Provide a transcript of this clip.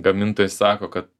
gamintojai sako kad